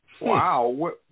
wow